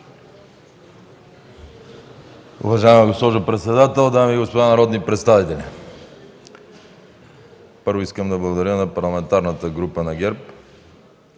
Уважаема госпожо председател, дами и господа народни представители! Първо, искам да благодаря на Парламентарната група на ГЕРБ